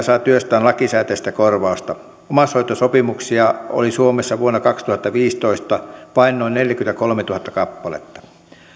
saa työstään lakisääteistä korvausta omaishoitosopimuksia oli suomessa vuonna kaksituhattaviisitoista vain noin neljäkymmentäkolmetuhatta kappaletta